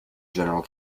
general